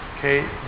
Okay